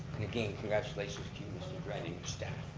and again congratulations to you mr. dren, and your staff.